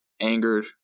angered